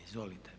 Izvolite.